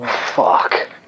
Fuck